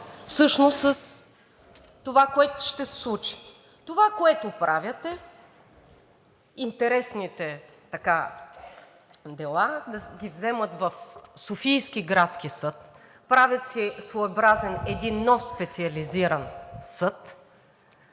всъщност с това, което ще се случи. Това, което правят, е интересните дела да ги вземат в Софийския градски съд. Правят си своеобразен един нов специализиран съд